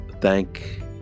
thank